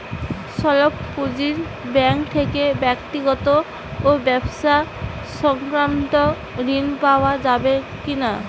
স্বল্প পুঁজির ব্যাঙ্ক থেকে ব্যক্তিগত ও ব্যবসা সংক্রান্ত ঋণ পাওয়া যাবে কিনা?